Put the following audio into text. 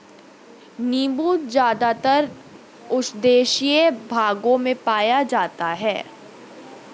नीबू ज़्यादातर उष्णदेशीय भागों में पाया जाता है